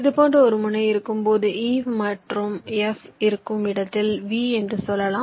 இது போன்ற ஒரு முனை இருக்கும்போது e மற்றும் f இருக்கும் இடத்தில் V என்று சொல்லலாம்